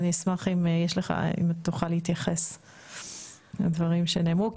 אני אשמח אם תוכל להתייחס לדברים שנאמרו,